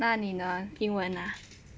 那你呢英文 ah